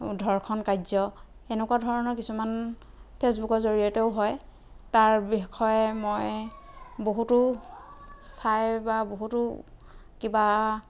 ধৰ্ষণ কাৰ্য এনেকুৱা ধৰণৰ কিছুমান ফেচবুকৰ জৰিয়তেও হয় তাৰ বিষয়ে মই বহুতো চাই বা বহুতো কিবা